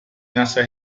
nessa